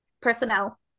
personnel